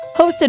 hosted